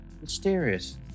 mysterious